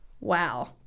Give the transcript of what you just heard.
Wow